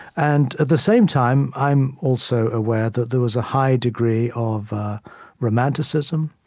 and at the same time, i'm also aware that there was a high degree of romanticism,